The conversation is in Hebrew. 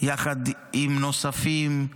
יחד עם נוספים,